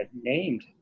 named